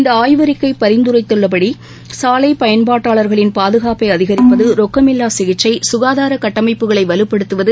இந்த ஆய்வறிக்கைபரிந்துரைத்துள்ளபடி சாலையன்பாட்டாளர்களின் பாதுகாப்பைஅதிகரிப்பது ரொக்கமில்லாசிகிச்சை ககாதாரகட்டமைப்புகளைவலுப்படுத்துவது